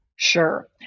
sure